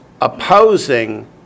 opposing